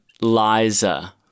Liza